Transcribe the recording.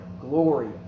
glory